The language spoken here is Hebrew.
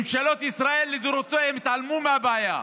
ממשלות ישראל לדורותיהן התעלמו מהבעיה,